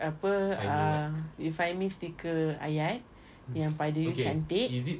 apa uh you find me stickers ayat yang pada you cantik